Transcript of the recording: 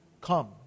come